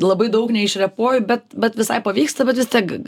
labai daug neišrepuoju bet bet visai pavyksta bet vis tiek